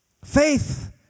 Faith